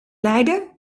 leiden